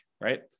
right